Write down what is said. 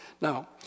Now